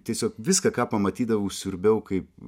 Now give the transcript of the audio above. tiesiog viską ką pamatydavau siurbiau kaip